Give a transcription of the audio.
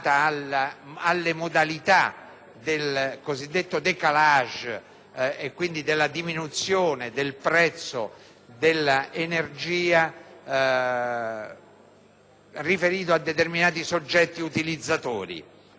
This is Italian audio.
del cosiddetto *décalage* e quindi della diminuzione del prezzo dell'energia riferito a determinati soggetti utilizzatori